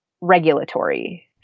regulatory